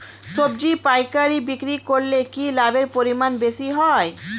সবজি পাইকারি বিক্রি করলে কি লাভের পরিমাণ বেশি হয়?